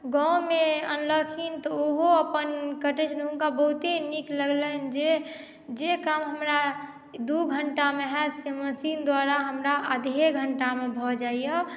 गाॅंवमे अनलखिन तऽ ओहो अपन कटै छथिन तऽ हुनका बहुते नीक लगलनि जे जे काम हमरा दू घण्टामे हैत से मशीन द्वारा हमरा अधे घण्टामे भऽ जाइया